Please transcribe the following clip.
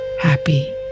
happy